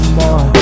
more